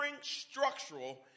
structural